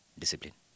discipline